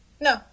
No